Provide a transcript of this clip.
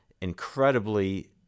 incredibly